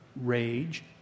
rage